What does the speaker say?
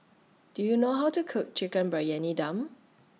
Do YOU know How to Cook Chicken Briyani Dum